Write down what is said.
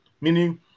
Meaning